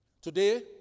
Today